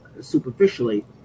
superficially